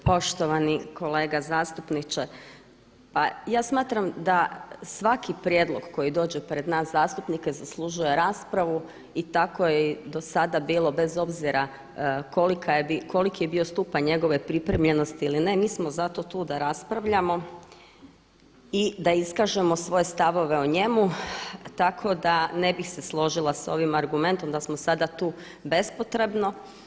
Poštovani kolega zastupniče, pa ja smatram da svaki prijedlog koji dođe pred nas zastupnike zaslužuje raspravu i tako je i do sada bilo bez obzira koliki je bio stupanj njegove pripremljenosti ili ne, mi smo tu zato da raspravljamo i da iskažemo svoje stavove o njemu, tako da ne bih se složila s ovim argumentom da smo sada tu bespotrebno.